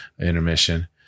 intermission